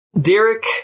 Derek